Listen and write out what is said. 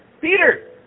Peter